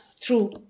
true